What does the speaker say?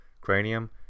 cranium